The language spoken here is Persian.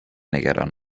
نگران